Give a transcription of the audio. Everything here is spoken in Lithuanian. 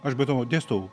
aš be to dėstau